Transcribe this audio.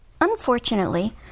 Unfortunately